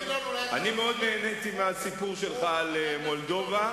אני מאוד נהניתי מהסיפור שלך על מולדובה.